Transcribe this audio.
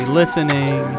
listening